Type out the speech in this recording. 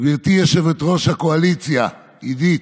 גברתי יושבת-ראש הקואליציה, עידית,